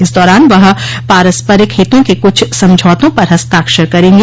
इस दौरान वह पारस्परिक हितों के कुछ समझौतों पर हस्ताक्षर करेंग